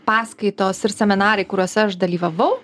paskaitos ir seminarai kuriuose aš dalyvavau